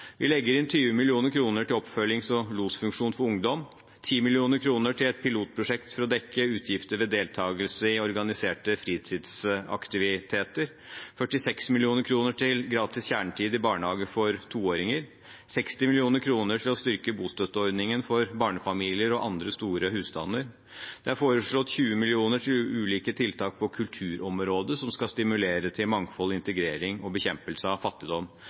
Vi legger inn 20 mill. kr til oppfølgings- og losfunksjon for ungdom, 10 mill. kr til et pilotprosjekt for å dekke utgifter ved deltagelse i organiserte fritidsaktiviteter, 46 mill. kr til gratis kjernetid i barnehage for toåringer, 60 mill. kr til å styrke bostøtteordningen for barnefamilier og andre store husstander. Det er foreslått 20 mill. kr til ulike tiltak på kulturområdet som skal stimulere til mangfold, integrering og bekjempelse av fattigdom,